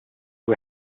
who